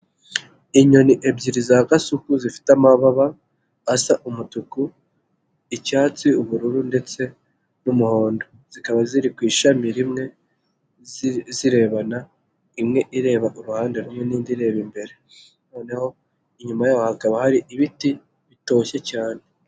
Inyoni ebyiri za gasuku zifite amababa asa umutuku, icyatsi, ubururu, ndetse n'umuhondo. Zikaba ziri ku ishami rimwe zirebana imwe ireba uruhande rumwe, indi ireba imbere noneho inyuma yaho hakaba hari ibiti bitoshye cyane.